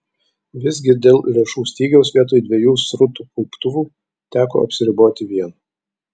visgi dėl lėšų stygiaus vietoj dviejų srutų kauptuvų teko apsiriboti vienu